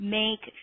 make